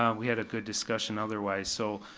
um we had a good discussion otherwise, so,